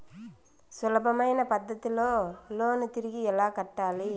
సులభమైన పద్ధతిలో లోను తిరిగి ఎలా కట్టాలి